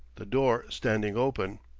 the door standing open.